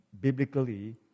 Biblically